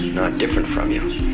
not different from you.